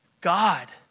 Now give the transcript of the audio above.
God